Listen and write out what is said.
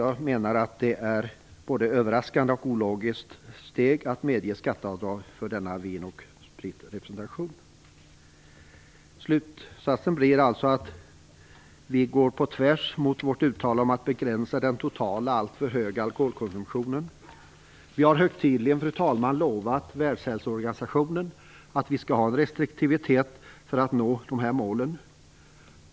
Det är ett både överraskande och ologiskt steg att medge skatteavdrag för representation med vin och sprit. Slutsatsen blir alltså att vi går tvärtemot vårt uttalande att begränsa den totala alltför höga alkoholkonsumtionen.